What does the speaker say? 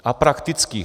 A praktických.